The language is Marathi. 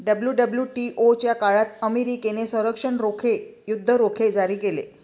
डब्ल्यू.डब्ल्यू.टी.ओ च्या काळात अमेरिकेने संरक्षण रोखे, युद्ध रोखे जारी केले